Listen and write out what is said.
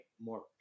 More